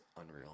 unreal